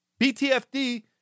BTFD